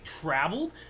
traveled